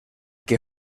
que